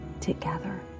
together